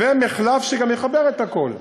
ומחלף שגם יחבר את הכול,